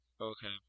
Okay